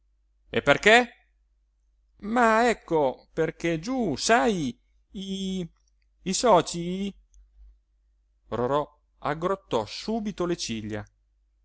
e perché ma ecco perché giú sai i i socii rorò aggrottò subito le ciglia